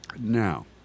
Now